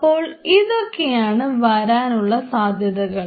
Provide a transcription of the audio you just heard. അപ്പോൾ ഇതൊക്കെയാണ് വരാനുള്ള സാധ്യതകൾ